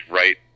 right